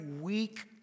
weak